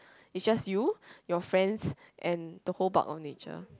it's just you your friends and the whole bulk of nature